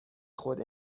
خود